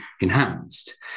enhanced